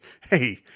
hey